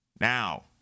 Now